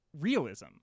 realism